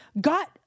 got